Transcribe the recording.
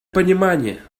понимание